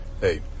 hey